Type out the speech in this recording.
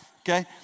okay